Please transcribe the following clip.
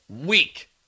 week